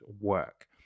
work